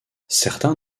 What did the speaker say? certains